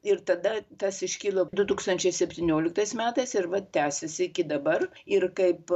ir tada tas iškilo du tūkstančiai septynioliktais metais ir va tęsiasi iki dabar ir kaip